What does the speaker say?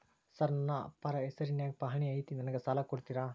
Sir ನನ್ನ ಅಪ್ಪಾರ ಹೆಸರಿನ್ಯಾಗ್ ಪಹಣಿ ಐತಿ ನನಗ ಸಾಲ ಕೊಡ್ತೇರಾ?